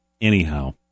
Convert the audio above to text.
anyhow